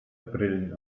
brillen